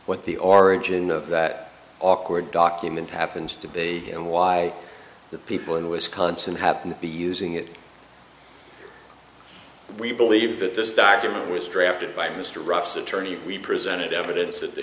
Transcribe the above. what the origin of that awkward document happens to be him why the people in wisconsin happen to be using it we believe that this document was drafted by mr ruff's attorney we presented evidence at the